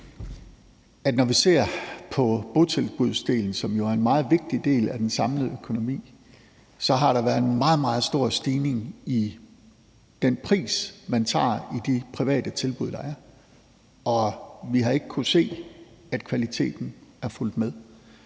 når vi ser på botilbudsdelen, som jo er en meget vigtig del af den samlede økonomi, så fremgår det, at der har været en meget, meget stor stigning i den pris, man tager for det i de private tilbud, der er. Og vi har ikke kunnet se, at kvaliteten er fulgt med.